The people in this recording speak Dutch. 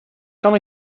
kan